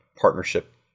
partnership